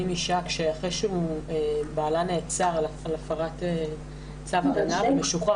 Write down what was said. אישה שבעלה נעצר על הפרת צו הגנה ומשוחרר.